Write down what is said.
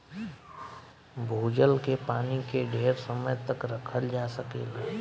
भूजल के पानी के ढेर समय तक रखल जा सकेला